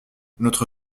notre